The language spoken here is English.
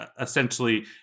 essentially